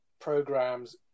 programs